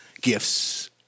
gifts